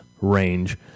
range